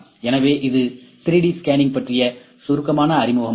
எனவே இது 3D scanning பற்றிய சுருக்கமான அறிமுகமாகும்